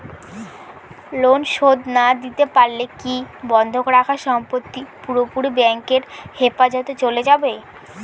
Loan শোধ না দিতে পারলে কি বন্ধক রাখা সম্পত্তি পুরোপুরি ব্যাংকের হেফাজতে চলে যাবে?